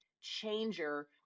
changer